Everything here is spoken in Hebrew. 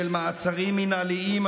של מעצרים מינהליים,